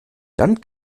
dann